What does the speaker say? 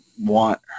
want